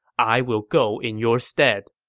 i will go in your stead.